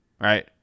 right